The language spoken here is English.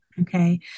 Okay